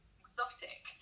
exotic